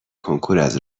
کنکوراز